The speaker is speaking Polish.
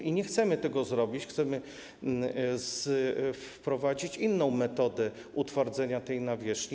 I nie chcemy tego zrobić, chcemy wprowadzić inną metodę utwardzenia tej nawierzchni.